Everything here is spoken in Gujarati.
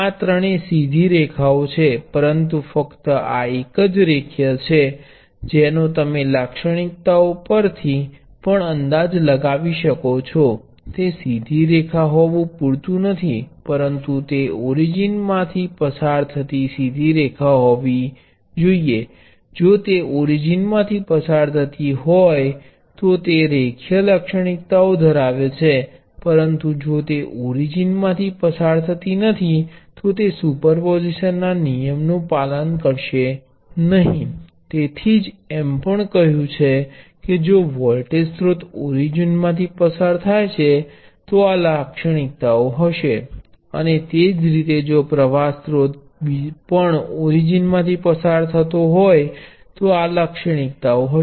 આ ત્રણેય સીધી રેખાઓ છે પરંતુ ફક્ત આ એક જ રેખીય છે જેનો તમે લાક્ષણિકતાઓ પરથી પણ અંદાજ લગાવી શકો છો તે સીધી રેખા હોવું પૂરતું નથી પરંતુ તે ઓરીજીન માંથી પસાર થતી સીધી રેખા હોવી જોઈએ જો તે ઓરીજીન માંથી પસાર થતી હોય તો તે તે રેખીય લાક્ષણિકતાઓ ધરાવે છે પરંતુ જો તે ઓરીજીન માંથી પસાર થતી નથી તો તે સુપરપોઝિશન ના નિયમ નુ પાલન નહીં કરે તેથી જ એમ પણ કહ્યું કે જો વોલ્ટેજ સ્ત્રોત ઓરીજીન માંથી પસાર થાય છે તો આ લાક્ષણિકતાઓ હશે અને તે જ રીતે જો પ્ર્વાહ સ્રોત પણ ઓરીજીન માંથી પસાર થતો હોય તો આ લાક્ષણિકતાઓ હશે